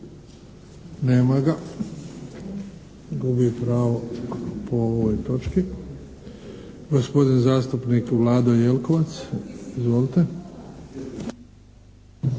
Nema ga. Gubi pravo po ovoj točci. Gospodin zastupnik Vlado Jelkovac. Izvolite!